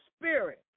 spirit